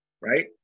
right